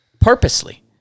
purposely